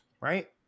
right